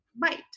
bite